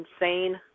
insane